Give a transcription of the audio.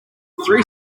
three